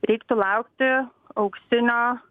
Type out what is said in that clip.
reiktų laukti auksinio